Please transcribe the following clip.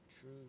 True